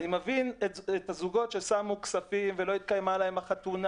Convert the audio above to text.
אני מבין את הזוגות ששמו כספים ולא התקיימה להם החתונה.